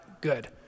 good